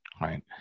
right